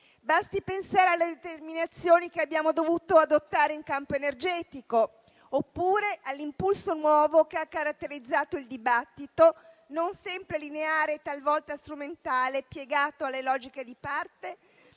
Basti pensare alle determinazioni che abbiamo dovuto adottare in campo energetico, oppure all'impulso nuovo che ha caratterizzato il dibattito, non sempre lineare, talvolta strumentale, piegato alle logiche di parte,